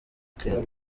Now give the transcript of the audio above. ukraine